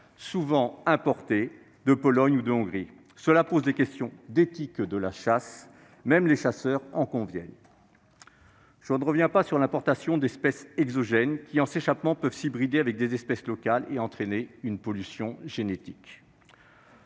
souvent importés de Pologne ou de Hongrie. Cela pose des questions d'éthique de la chasse, même les chasseurs en conviennent. Et je ne reviens pas sur l'importation d'espèces exogènes, lesquelles, en s'échappant, peuvent s'hybrider avec des espèces locales et entraîner une pollution génétique.